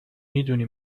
میدونی